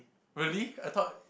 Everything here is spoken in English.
really I thought